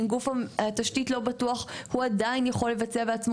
אם גוף התשתית לא בטוח הוא עדיין יכול לבצע בעצמו